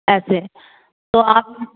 ऐसे तो आप